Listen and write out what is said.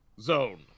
zone